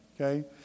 Okay